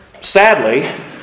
Sadly